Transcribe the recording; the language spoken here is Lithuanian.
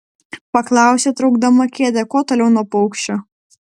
paklausė traukdama kėdę kuo toliau nuo paukščio